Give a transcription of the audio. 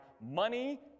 money